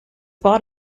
bought